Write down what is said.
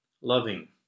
loving